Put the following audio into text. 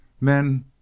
men